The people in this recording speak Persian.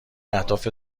اهداف